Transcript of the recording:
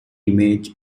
image